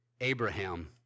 Abraham